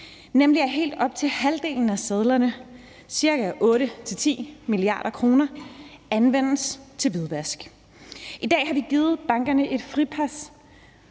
nemlig at helt op til halvdelen af sedlerne, svarende til ca. 8-10 mia. kr., anvendes til hvidvask. I dag har vi givet bankerne et fripas